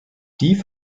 die